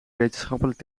wetenschappelijk